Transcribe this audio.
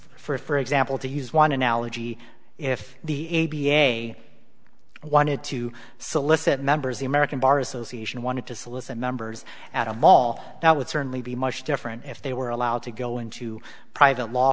of for example to use one analogy if the a b a wanted to solicit members the american bar association wanted to solicit members at a mall that would certainly be much different if they were allowed to go into private law